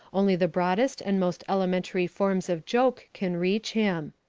only the broadest and most elementary forms of joke can reach him.